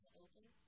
open